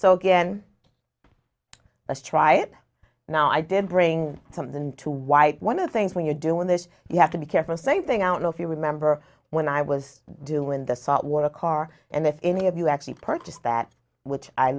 so again astride it now i did bring some of them to why one of the things when you're doing this you have to be careful same thing i don't know if you remember when i was doing the salt water car and if any of you actually purchased that which i